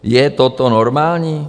Je toto normální?